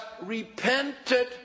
repented